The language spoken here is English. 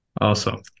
Awesome